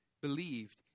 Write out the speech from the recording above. believed